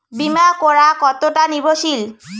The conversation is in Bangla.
বীমা করা কতোটা নির্ভরশীল?